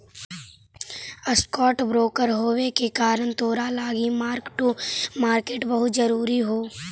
stock broker होबे के कारण तोरा लागी मार्क टू मार्केट बहुत जरूरी हो